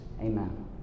Amen